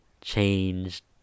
changed